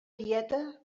dieta